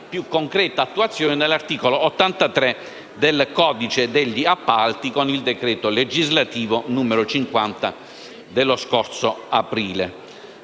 più concreta attuazione nell'articolo 83 del codice degli appalti, con il decreto legislativo n. 50 dello scorso aprile.